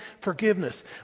forgiveness